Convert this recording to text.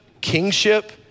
kingship